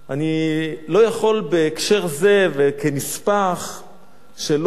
אני לא יכול בהקשר הזה, כנספח, שלא